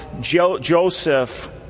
Joseph